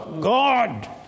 God